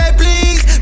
please